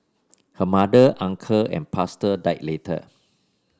her mother uncle and pastor died later